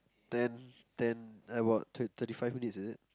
ten ten about thir~ thirty five minutes is it